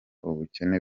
ubukene